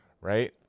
right